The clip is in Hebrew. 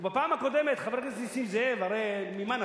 ובפעם הקודמת, חבר הכנסת נסים זאב, הרי ממה נפשך,